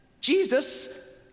Jesus